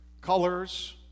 colors